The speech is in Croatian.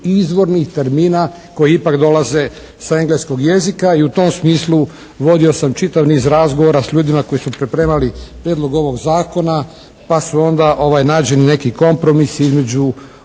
izvornih termina koji ipak dolaze sa engleskog jezika i u tom smislu vodio sam čitav niz razgovora s ljudima koji su pripremali prijedlog ovog zakona pa su onda nađeni neki kompromisi. Između